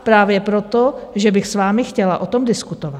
Právě proto, že bych s vámi chtěla o tom diskutovat.